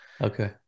Okay